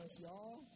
y'all